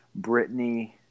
Britney